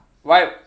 why